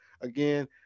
again